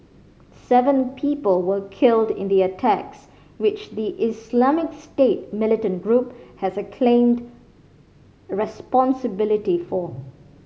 seven people were killed in the attacks which the Islamic State militant group has acclaimed responsibility for